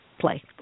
play